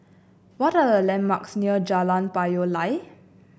what are the landmarks near Jalan Payoh Lai